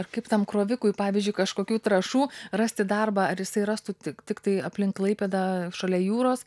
ir kaip tam krovikui pavyzdžiui kažkokių trąšų rasti darbą ar jisai rastų tik tiktai aplink klaipėdą šalia jūros